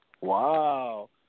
Wow